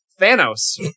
Thanos